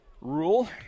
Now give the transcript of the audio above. rule